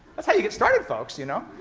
that's how you get started, folks, you know?